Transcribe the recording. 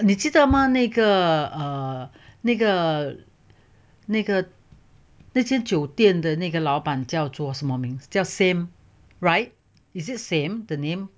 你记得吗那个 err 那个哪个哪些酒店的那个老板叫做什么名叫 sam right is it sam the name